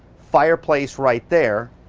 fireplace right there,